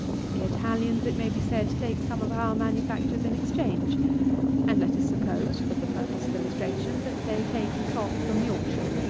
the italians, it may be said, take some of our manufactures in exchange and let us suppose, for the purpose of illustration, that they take cloth from yorkshire.